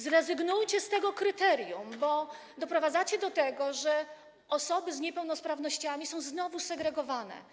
Zrezygnujcie z tego kryterium, bo doprowadzacie do tego, że osoby z niepełnosprawnościami są znowu segregowane.